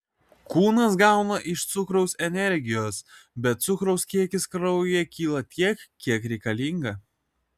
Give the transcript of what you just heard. kūnas gauna iš cukraus energijos bet cukraus kiekis kraujyje kyla tiek kiek reikalinga